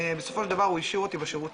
בסופו של דבר הוא השאיר אותי בשירותים,